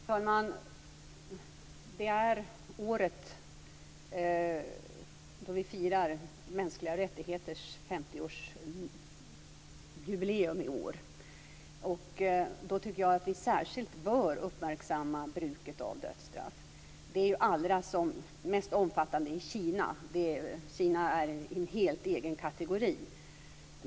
Fru talman! I år är året då vi firar de mänskliga rättigheternas 50-årsjubileum. Då tycker jag att vi särskilt bör uppmärksamma bruket av dödsstraff. Det är allra som mest omfattande i Kina. Kina är i en helt egen kategori.